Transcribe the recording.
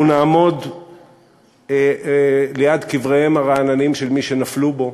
אנחנו נעמוד ליד קבריהם הרעננים של מי שנפלו בו: